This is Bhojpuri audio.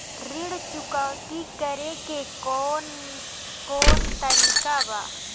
ऋण चुकौती करेके कौन कोन तरीका बा?